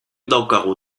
daukagu